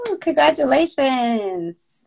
congratulations